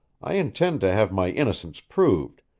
i intend to have my innocence proved,